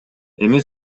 эми